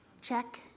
check